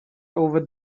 over